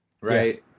Right